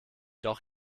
doch